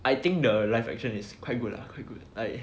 I think the live action is quite good lah quite good like